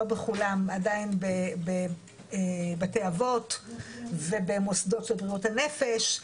לא בכולם עדיין בבתי אבות ובמוסדות של בריאות הנפש,